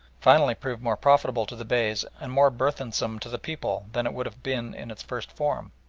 finally proved more profitable to the beys and more burthensome to the people than it would have been in its first form.